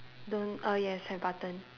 don't err yes have button